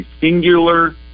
singular